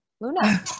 Luna